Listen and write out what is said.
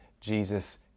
Jesus